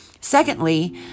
Secondly